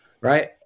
right